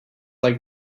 like